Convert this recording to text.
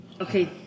Okay